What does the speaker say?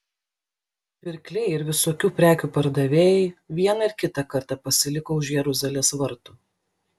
pirkliai ir visokių prekių pardavėjai vieną ir kitą kartą pasiliko už jeruzalės vartų